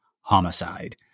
Homicide